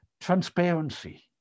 Transparency